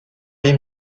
vie